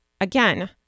again